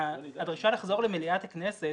הדרישה לחזור למליאת הכנסת,